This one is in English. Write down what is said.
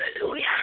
Hallelujah